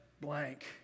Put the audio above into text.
blank